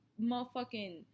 motherfucking